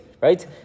Right